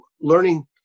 learning